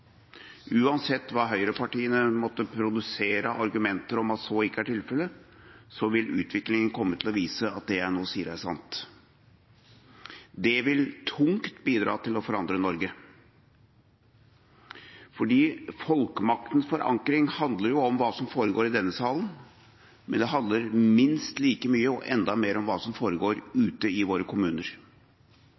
Uansett hva høyrepartiene måtte produsere av argumenter om at så ikke er tilfellet, vil utviklinga komme til å vise at det jeg nå sier, er sant. Det vil tungt bidra til å forandre Norge, fordi folkemaktens forankring jo handler om hva som foregår i denne salen, men det handler minst like mye og enda mer om hva som foregår ute i våre kommuner.